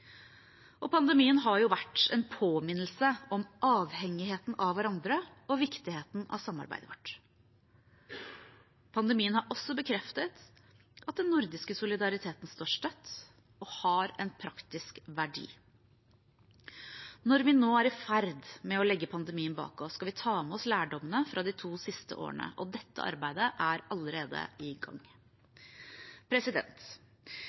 Pandemien har vært en påminnelse om avhengigheten av hverandre og viktigheten av samarbeidet vårt. Men pandemien har også bekreftet at den nordiske solidariteten står støtt og har en praktisk verdi. Når vi nå er i ferd med å legge pandemien bak oss, skal vi ta med oss lærdommene fra de siste to årene. Dette arbeidet er allerede i gang.